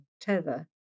Tether